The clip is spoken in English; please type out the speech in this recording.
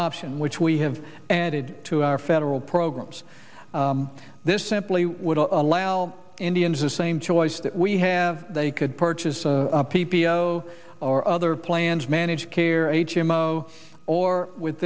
option which we have added to our federal programs this simply would allow indians the same choice that we have they could purchase a p p o or other plans managed care h m o or with